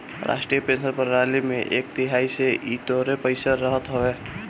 राष्ट्रीय पेंशन प्रणाली में एक तरही से इ तोहरे पईसा रहत हवे